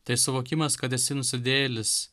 tai suvokimas kad esi nusidėjėlis